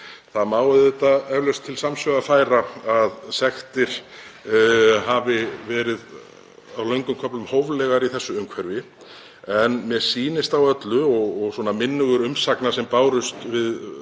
Það má eflaust til sanns vegar færa að sektir hafi verið á löngum köflum hóflegar í þessu umhverfi en mér sýnist á öllu, og svona minnugur umsagna sem bárust við